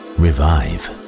revive